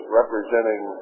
representing